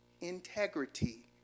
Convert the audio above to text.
integrity